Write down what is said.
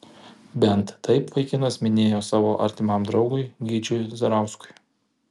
bent taip vaikinas minėjo savo artimam draugui gyčiui zarauskui